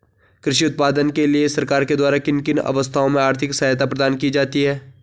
कृषि उत्पादन के लिए सरकार के द्वारा किन किन अवस्थाओं में आर्थिक सहायता प्रदान की जाती है?